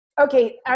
Okay